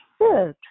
Good